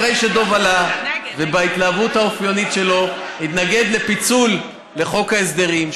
אחרי שדב עלה ובהתלהבות האופיינית לו התנגד לפיצול בחוק ההסדרים,